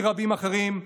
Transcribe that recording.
ואיתי רבים אחרים,